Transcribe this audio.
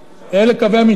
אלה קווי המיתאר שלה.